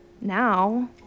now